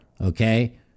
Okay